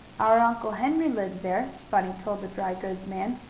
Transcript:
our uncle henry lives there, bunny told the dry-goods man.